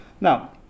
Now